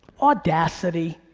audacity.